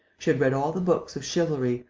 she had read all the books of chivalry,